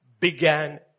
Began